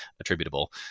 attributable